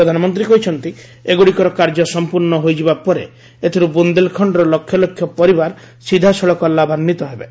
ପ୍ରଧାନମନ୍ତ୍ରୀ କହିଛନ୍ତି ଏଗୁଡ଼ିକର କାର୍ଯ୍ୟ ସମ୍ପୂର୍ଣ୍ଣ ହୋଇଯିବା ପରେ ଏଥିରୁ ବୁନ୍ଦେଲଖଣ୍ଡର ଲକ୍ଷ ଲକ୍ଷ ପରିବାର ସିଧାସଳଖ ଲାଭାନ୍ଧିତ ହେବେ